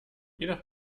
jedoch